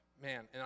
Man